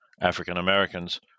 African-Americans